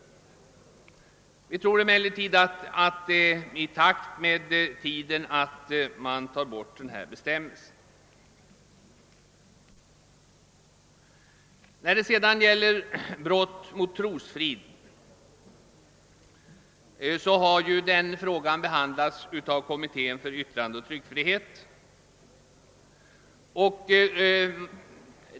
Vi tror det överensstämmer med tidens krav att ta bort nuvarande bestämmelse. Frågan om brott mot trosfrid har behandlats av kommittén för yttrandeoch tryckfrihet.